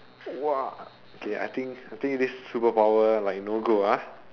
!wah! okay I think I think this superpower like no go ah